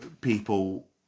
People